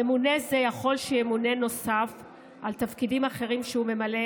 ממונה זה יכול שימונה נוסף על תפקידים אחרים שהוא ממלא,